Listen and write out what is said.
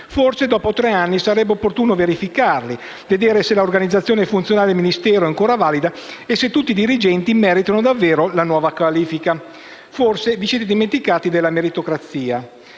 forse, dopo tre anni, sarebbe opportuno verificarli, vedere se la organizzazione funzionale del Ministero è ancora valida e se tutti i dirigenti meritano davvero la nuova qualifica. Forse vi siete dimenticati della meritocrazia.